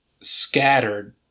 scattered